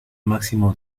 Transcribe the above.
máximo